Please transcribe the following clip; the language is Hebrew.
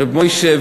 ר' מוישה,